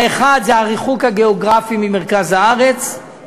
האחד הוא הריחוק הגיאוגרפי ממרכז הארץ,